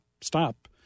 stop